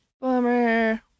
Bummer